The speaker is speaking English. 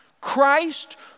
Christ